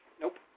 Nope